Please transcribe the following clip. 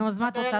נו, אז מה את רוצה?